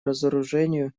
разоружению